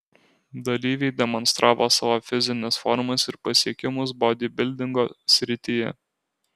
dalyviai demonstravo savo fizines formas ir pasiekimus bodybildingo srityje